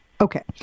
Okay